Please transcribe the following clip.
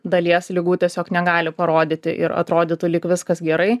dalies ligų tiesiog negali parodyti ir atrodytų lyg viskas gerai